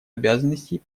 обязанностей